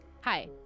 Hi